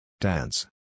Dance